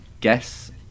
guess